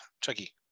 Chucky